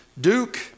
duke